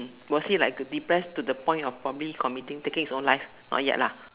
was he like could depressed to the point of promptly committing taking his own life not yet lah